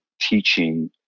teaching